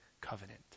covenant